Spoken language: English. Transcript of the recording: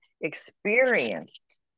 experienced